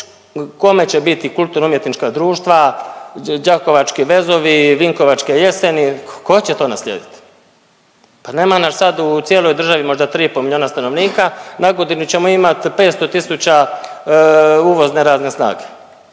kome će biti kulturno umjetnička društva, Đakovački vezovi, Vinkovačke jeseni, tko će to naslijediti, pa nema nas sad u cijeloj državi možda 3,5 miliona stanovnika. Na godinu ćemo imat 500 tisuća uvozne radne snage